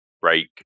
break